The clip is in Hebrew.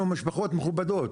אנחנו משפחות מכובדות.